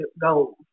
goals